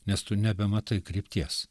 nes tu nebematai krypties